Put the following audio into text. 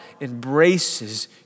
embraces